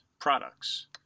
products